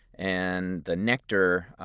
and the nectar,